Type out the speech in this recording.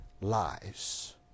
lies